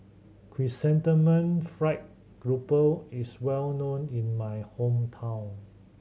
Chrysanthemum Fried Grouper is well known in my hometown